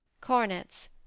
Cornets